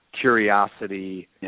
curiosity